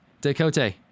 Dakota